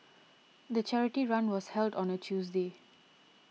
the charity run was held on a Tuesday